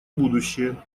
будущее